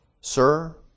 Sir